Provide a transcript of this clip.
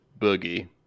boogie